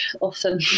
often